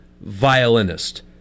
violinist